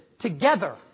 together